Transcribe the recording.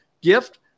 gift